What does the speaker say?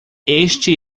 este